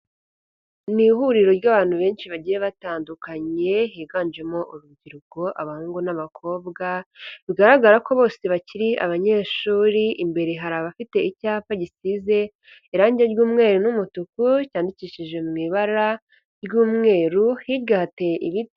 Ni ihuriro ry'abantu benshi bagiye batandukanye higanjemo urubyiruko abahungu n'abakobwa, bigaragara ko bose bakiri abanyeshuri, imbere hari abafite icyapa gisize irange ry'umweru n'umutuku cyandikishije mu ibara ry'umweru hirya hateye ibiti.